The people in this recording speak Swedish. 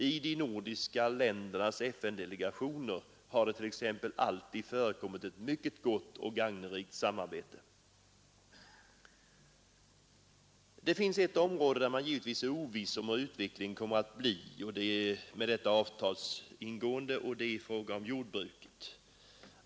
I de nordiska ländernas FN-delegationer har det t.ex. alltid förekommit ett mycket gott och gagnerikt samarbete. Det finns ett område där man är oviss om hur utvecklingen kommer att bli efter detta avtals ingående; det är i fråga om jordbruket.